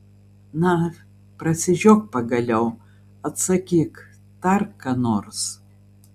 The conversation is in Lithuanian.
na prasižiok pagaliau atsakyk tark ką nors